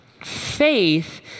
faith